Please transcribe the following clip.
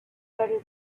very